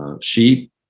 sheep